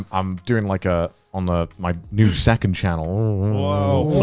i'm doing like ah on the, my new second channel. whoa!